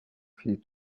filles